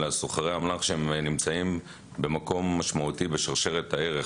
אלא סוחרי אמל"ח שנמצאים במקום משמעותי בשרשרת הערך,